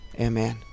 Amen